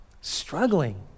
struggling